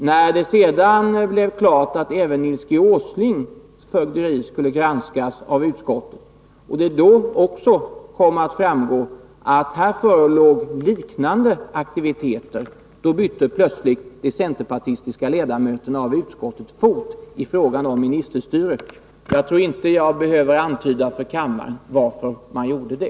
När det sedan blev klart att även Nils G. Åslings fögderi skulle granskas och det framgick att det här var fråga om liknande aktiviteter, bytte plötsligt de centerpartistiska ledamöterna fot i fråga om ministerstyre. Jag tror inte att jag behöver antyda för kammaren varför man gjorde det.